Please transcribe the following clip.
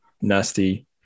nasty